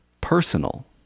personal